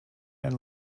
and